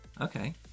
okay